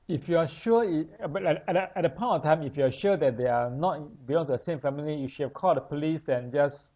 if you are sure it but at that at that point of time if you are sure that they are not belong to the same family you should have called the police and just